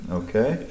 okay